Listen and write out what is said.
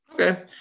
Okay